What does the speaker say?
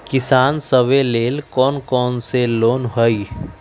किसान सवे लेल कौन कौन से लोने हई?